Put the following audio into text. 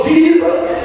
Jesus